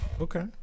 Okay